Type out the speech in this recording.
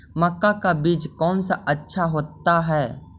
मक्का का बीज कौन सा अच्छा होता है?